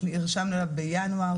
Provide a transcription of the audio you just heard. נרשמנו אליו בינואר,